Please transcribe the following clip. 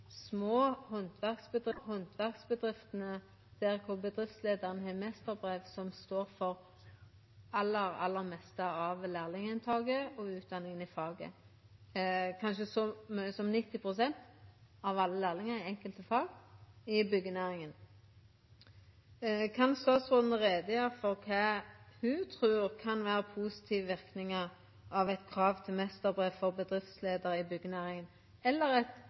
små handverksbedriftene der bedriftsleiaren har meisterbrev, som står for det aller meste av lærlinginntaket og utdanninga i faget – kanskje så mykje som 90 pst. av alle lærlingar i enkelte fag i byggjenæringa. Kan statsråden gjera greie for kva ho trur kan vera positive verknader av eit krav til meisterbrev for bedriftleiarar i byggjenæringa – eller eit